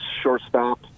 shortstop